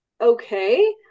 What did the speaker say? okay